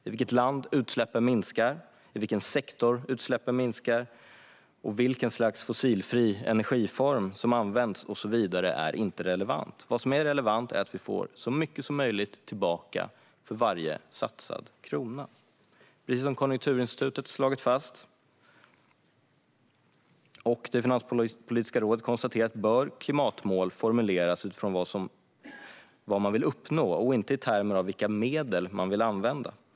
I vilket land utsläppen minskar, i vilken sektor utsläppen minskar, vilket slags fossilfri energiform som används och så vidare är inte relevant. Vad som är relevant är att vi får så mycket som möjligt tillbaka för varje satsad krona. Precis som Konjunkturinstitutet har slagit fast och Finanspolitiska rådet konstaterat bör klimatmål formuleras utifrån vad man vill uppnå och inte i termer av vilka medel man vill använda.